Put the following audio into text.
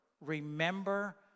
Remember